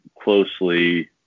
closely